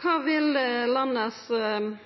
Hva vil landets